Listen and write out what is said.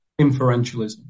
inferentialism